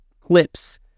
clips